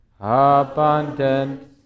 abundant